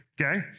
okay